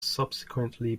subsequently